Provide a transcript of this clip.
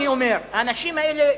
אני אומר: האנשים האלה,